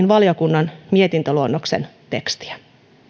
valiokunnan mietintöluonnoksen tekstiä